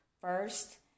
First